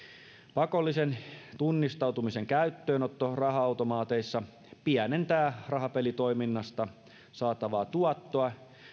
pakollisen tunnistautumisen käyttöönotto raha automaateissa pienentää rahapelitoiminnasta saatavaa tuottoa